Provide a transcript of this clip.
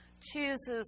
chooses